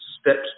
steps